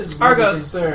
Argos